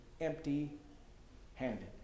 empty-handed